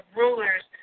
rulers